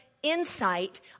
insight